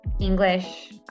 English